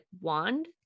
wand